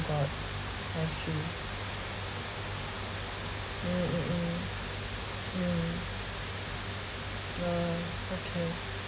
that yes you mm mm mm mm ah okay